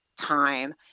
time